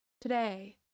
Today